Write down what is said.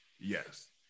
Yes